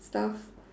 stuff